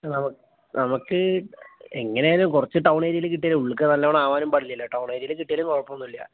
നമുക്ക് എങ്ങനെയായാലും കുറച്ച് ടൗൺ ഏരിയയിൽ കിട്ടിയാൽ ഉളളിലേക്ക് നല്ലോണം ആവാനും പാടില്ലല്ലോ ടൗൺ ഏരിയയിൽ കിട്ടിയാലും കുഴപ്പമൊന്നുമില്ല